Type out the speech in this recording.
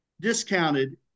discounted